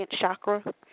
chakra